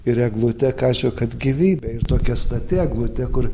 ir eglutę kaišiojo kad gyvybė ir tokia stati eglutė kur